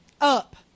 Up